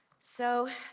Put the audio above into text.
so,